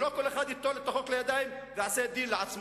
ולא כל אחד ייטול את החוק לידיים ויעשה דין לעצמו.